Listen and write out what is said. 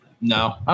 No